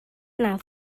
nav